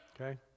Okay